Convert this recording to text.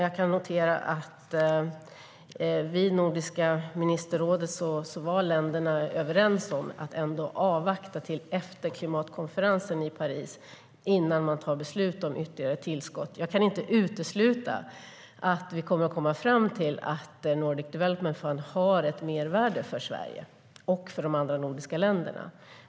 Jag kan notera att vid Nordiska ministerrådet var länderna överens om att ändå avvakta till efter klimatkonferensen i Paris innan man tar beslut om ytterligare tillskott. Jag kan inte utesluta att vi kommer att komma fram till att Nordic Development Fund har ett mervärde för Sverige och för de andra nordiska länderna.